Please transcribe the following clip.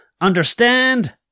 Understand